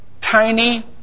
tiny